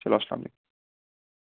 چلو سلامُ علیکم